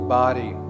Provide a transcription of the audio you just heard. body